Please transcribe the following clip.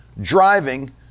driving